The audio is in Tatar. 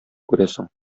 күрәсең